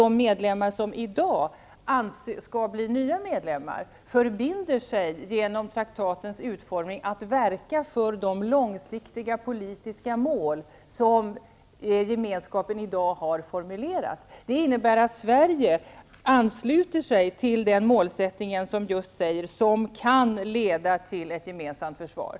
De länder som i dag skall bli nya medlemmar förbinder sig genom traktatens utformning att verka för de långsiktiga politiska mål som Gemenskapen har formulerat. Det innebär att Sverige ansluter sig till den målsättning som ''kan leda till ett gemensamt försvar''.